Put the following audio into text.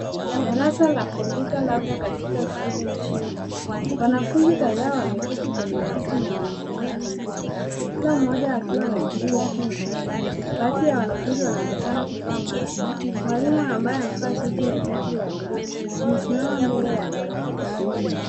Darasa la kompyuta labda katika shule mjini. Wanafunzi kadhaa wameketi kwenye viti na wanatumia kompyuta kila mmoja akiwa na skrini yake mwenyewe. Baadhi ya wanafunzi wanaonekana kuvaa maski. Mwalimu ambaye amevaa suti na shati ya blue amesimama mbele ya darasa.